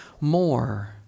more